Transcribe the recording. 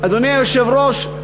אדוני היושב-ראש,